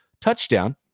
TOUCHDOWN